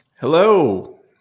Hello